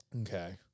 Okay